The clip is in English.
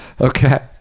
okay